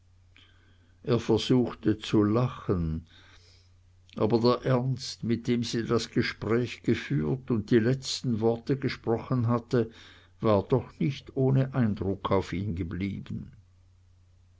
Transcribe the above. er versuchte zu lachen aber der ernst mit dem sie das gespräch geführt und die letzten worte gesprochen hatte war doch nicht ohne eindruck auf ihn geblieben